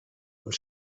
und